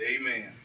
Amen